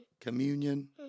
Communion